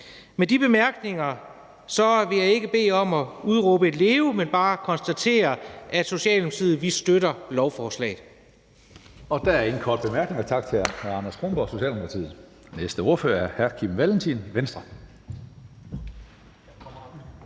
Med de bemærkninger vil jeg ikke bede om, at vi udråber et længe leve, men blot konstatere, at vi i Socialdemokratiet støtter lovforslaget.